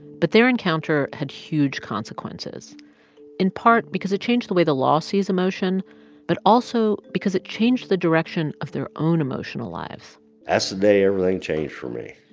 but their encounter had huge consequences in part because it changed the way the law sees emotion but also because it changed the direction of their own emotional lives that's the day everything changed for me